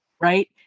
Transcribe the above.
right